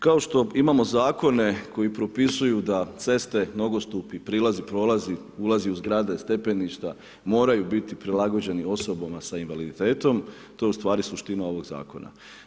Kao što imamo zakone koji propisuju da ceste, nogostupi, prilazi, prolazi, ulazi u zgrade, stepeništa moraju biti prilagođeni osobama sa invaliditetom, to je u stvari suština ovog zakona.